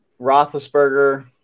Roethlisberger